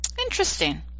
Interesting